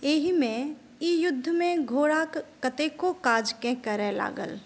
एहिमे ई युद्धमे घोड़ाक कतेको काजके करै लागल